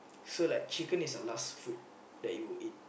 so like chicken is your last food that you will eat